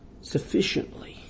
sufficiently